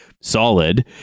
solid